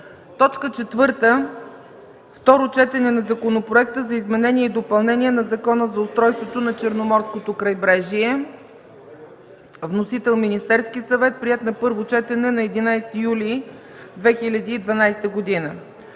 2013 г. 4. Второ четене на Законопроекта за изменение и допълнение на Закона за устройството на Черноморското крайбрежие. Вносител – Министерският съвет, приет на първо четене на 11 юли 2012 г.